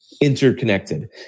interconnected